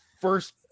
first